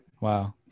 Wow